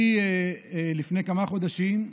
לפני כמה חודשים,